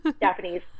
Japanese